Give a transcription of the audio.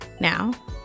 Now